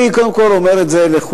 אני קודם כול אומר לכולנו: